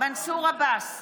מנסור עבאס,